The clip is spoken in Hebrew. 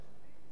ועכשיו,